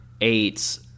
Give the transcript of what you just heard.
eight